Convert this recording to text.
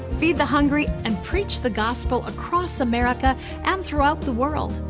feed the hungry. and preach the gospel across america and throughout the world.